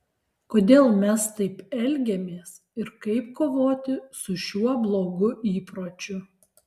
kodėl mes taip elgiamės ir kaip kovoti su šiuo blogu įpročiu